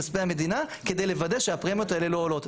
מהכספי המדינה כדי לוודא שהפרמיות האלה לא עולות.